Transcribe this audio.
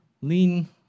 Lean